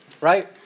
right